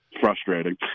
frustrating